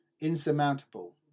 insurmountable